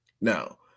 Now